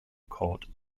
called